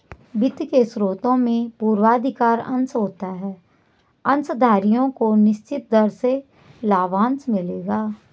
वित्त के स्रोत में पूर्वाधिकार अंश होता है अंशधारियों को निश्चित दर से लाभांश मिलेगा